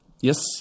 Yes